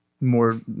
more